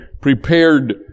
prepared